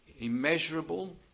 immeasurable